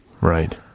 Right